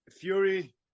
Fury